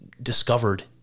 discovered